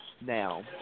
Now